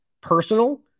personal